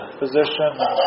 physician